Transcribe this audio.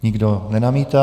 Nikdo nenamítá.